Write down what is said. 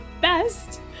best